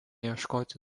ieškoti